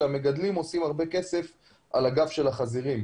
שהמגדלים עושים הרבה כסף על הגב של החזירים,